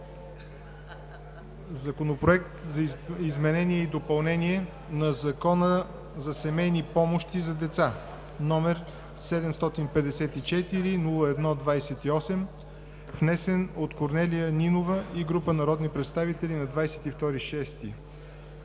Законопроект за изменение и допълнение на Закона за семейни помощи за деца, № 754-01-28, внесен от Корнелия Нинова и група народни представители на 22 юни